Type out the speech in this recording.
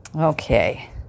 Okay